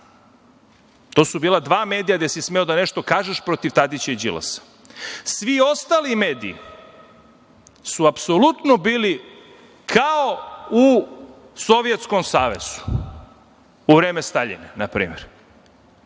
To su bila dva medija gde si smeo da nešto kažeš protiv Tadića i Đilasa. Svi ostali mediji su apsolutno bili kao u Sovjetskom savezu u vreme Staljina, npr.